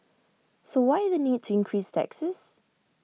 so why the need to increase taxes